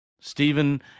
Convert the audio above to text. Stephen